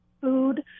food